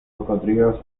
cocodrilos